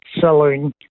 selling